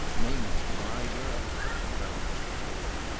mamie's my girl! she roundly declared.